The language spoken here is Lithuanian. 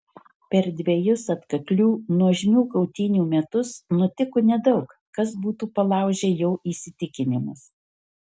per dvejus atkaklių nuožmių kautynių metus nutiko nedaug kas būtų palaužę jo įsitikinimus